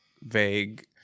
vague